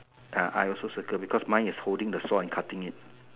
ah I also circle because mine is holding the saw and cutting it